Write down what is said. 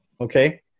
okay